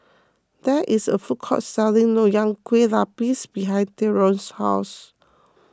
there is a food court selling Nonya Kueh Lapis behind theron's house